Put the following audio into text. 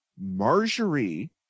Marjorie